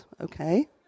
okay